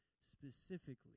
specifically